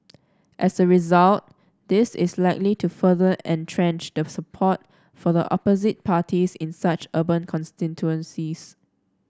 as a result this is likely to further entrench the support for the opposite parties in such urban constituencies